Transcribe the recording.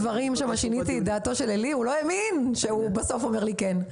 דברים שעלי לא האמין שבסוף הוא יגיד לי עליהם כן.